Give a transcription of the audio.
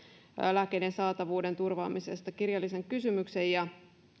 lääkkeiden saatavuuden turvaamisesta kirjallisen kysymyksen